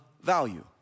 value